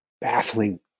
baffling